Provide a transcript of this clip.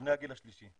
ובני הגיל השלישי.